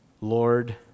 Lord